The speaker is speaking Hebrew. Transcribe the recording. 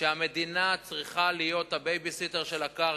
המדינה צריכה להיות הבייביסיטר של הקרקע,